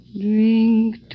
Drink